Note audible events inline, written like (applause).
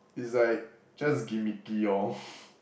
it's like just gimmicky orh (breath)